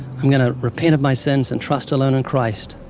i'm going to repent of my sins and trust alone in christ.